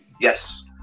Yes